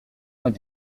vingt